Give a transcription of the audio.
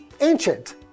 ancient